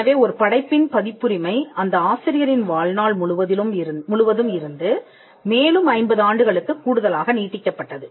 எனவே ஒரு படைப்பின் பதிப்புரிமை அந்த ஆசிரியரின் வாழ்நாள் முழுவதும் இருந்து மேலும் 50 ஆண்டுகளுக்குக் கூடுதலாக நீட்டிக்கப்பட்டது